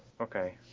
Okay